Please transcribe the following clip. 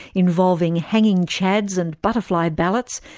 involving hanging chads and butterfly ballots,